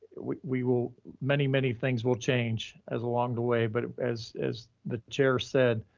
we will many many things will change as along the way, but as as the chair said,